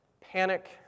panic